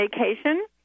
vacation